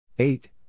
Eight